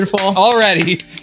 already